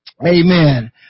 Amen